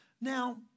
Now